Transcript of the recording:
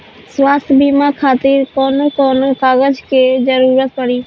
स्वास्थ्य बीमा खातिर कवन कवन कागज के जरुरत पड़ी?